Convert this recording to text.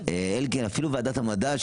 אפילו ועדת המדע,